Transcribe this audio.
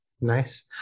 Nice